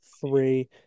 three